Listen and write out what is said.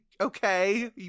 okay